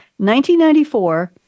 1994